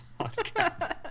podcast